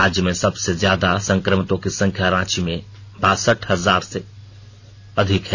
राज्य में सबसे ज्यादा संक्रमितों की संख्या रांची में बासठ हजार से अधिक है